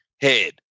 head